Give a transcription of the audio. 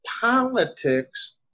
politics